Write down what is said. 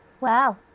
Wow